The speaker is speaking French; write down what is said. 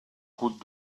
route